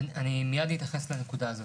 מיד אתייחס לנקודה הזאת.